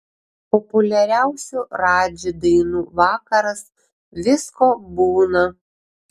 populiariausių radži dainų vakaras visko būna